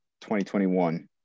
2021